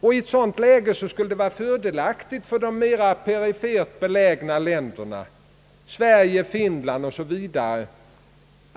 I ett sådant läge skulle det vara fördelaktigt för de mera perifert belägna län derna — Sverige, Finland o. s. v.